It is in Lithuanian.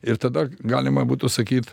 ir tada galima būtų sakyt